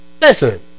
listen